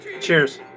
cheers